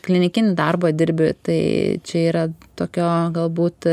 klinikinį darbą dirbi tai čia yra tokio galbūt